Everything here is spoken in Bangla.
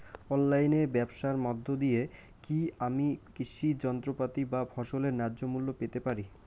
অনলাইনে ব্যাবসার মধ্য দিয়ে কী আমি কৃষি যন্ত্রপাতি বা ফসলের ন্যায্য মূল্য পেতে পারি?